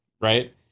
Right